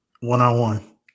One-on-one